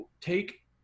take